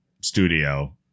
studio